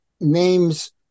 names